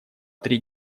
три